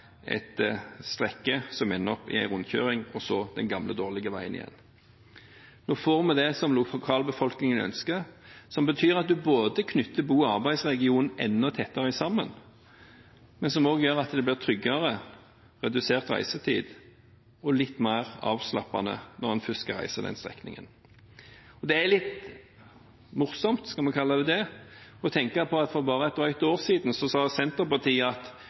et strekke som ender i en rundkjøring, og så den gamle, dårlige veien igjen. Nå får vi det som lokalbefolkningen ønsker, som betyr at man knytter bo- og arbeidsregionen enda tettere sammen, men som også gjør at det blir tryggere, redusert reisetid og litt mer avslappende når en først skal reise den strekningen. Det er litt morsomt – skal vi kalle det det – å tenke på at for bare et drøyt år siden sa Senterpartiet at